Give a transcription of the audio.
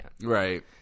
right